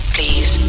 Please